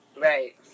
Right